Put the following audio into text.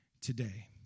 today